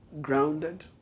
grounded